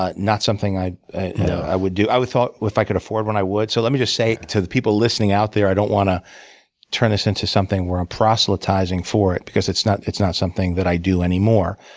ah not something i i would do. i thought if i could afford one i would. so let me just say to the people listening out there, i don't want to turn this into something where i'm proselytizing for it, because it's not it's not something that i do anymore,